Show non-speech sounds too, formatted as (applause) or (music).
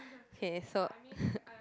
okay so (breath)